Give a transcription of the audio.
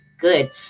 Good